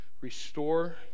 restore